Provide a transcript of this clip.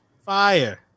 Fire